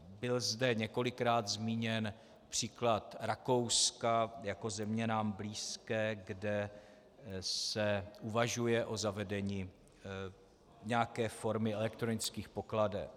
Byl zde několikrát zmíněn příklad Rakouska jako země nám blízké, kde se uvažuje o zavedení nějaké formy elektronických pokladen.